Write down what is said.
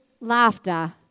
laughter